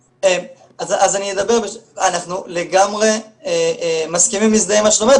אנחנו לגמרי מסכימים ומזדהים עם מה שאת אומרת,